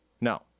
No